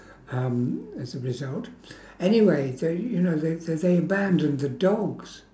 um as a result anyway they you know they they they abandoned the dogs